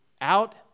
out